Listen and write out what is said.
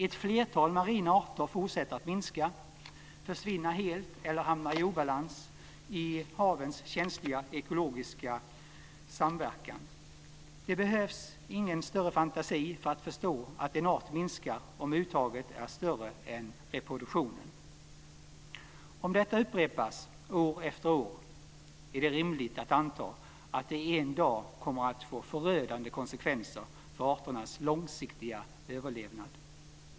Ett flertal marina arter fortsätter att minska eller försvinna helt eller hamnar i obalans i havens känsliga ekologiska samverkan. Det behövs ingen större fantasi för att förstå att en art minskar om uttaget är större än reproduktionen. Om detta upprepas år efter år är det rimligt att anta att det en dag kommer att få förödande konsekvenser för artens långsiktiga överlevnad.